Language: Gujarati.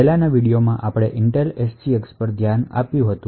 પહેલાની વિડિઓમાં આપણે ઇન્ટેલ SGX પર પણ ધ્યાન આપ્યું હતું